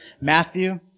Matthew